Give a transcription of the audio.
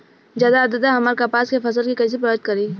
ज्यादा आद्रता हमार कपास के फसल कि कइसे प्रभावित करी?